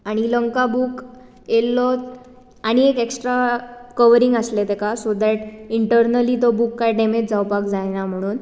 आनी लंका बूक येयल्लो आनीक एक एक्सट्रा कवरिंग आसलें ताका सो देट इंटरनली तो बूक कांय डेमेज जावपाक जायना म्हणून